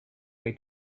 way